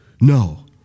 No